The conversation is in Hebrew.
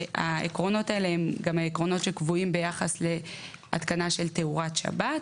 שהעקרונות האלה הם העקרונות שקבועים גם ביחס להתקנה של תאורת שבת,